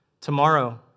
Tomorrow